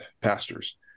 pastors